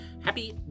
Happy